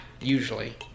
Usually